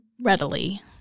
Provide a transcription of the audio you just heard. readily